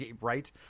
Right